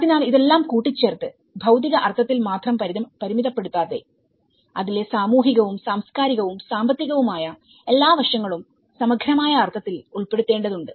അതിനാൽ ഇതെല്ലാം കൂട്ടിച്ചേർത്ത് ഭൌതിക അർത്ഥത്തിൽ മാത്രം പരിമിതപ്പെടുത്താതെഅതിലെ സാമൂഹികവും സാംസ്കാരികവും സാമ്പത്തികവുമായ എല്ലാ വശങ്ങളും സമഗ്രമായ അർത്ഥത്തിൽ ഉൾപ്പെടുത്തേണ്ടതുണ്ട്